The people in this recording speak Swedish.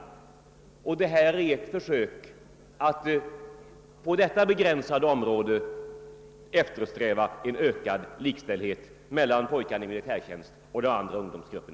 Det föreliggande förslaget är ett försök att på ett begränsat område åstadkomma ökad likställdhet mellan pojkarna i militärtjänst och andra ungdomsgrupper.